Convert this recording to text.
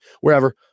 wherever